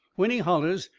when he hollers,